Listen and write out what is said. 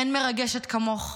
אין מרגשת כמוך,